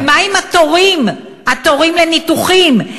ומה עם התורים, התורים לניתוחים?